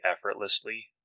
effortlessly